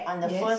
yes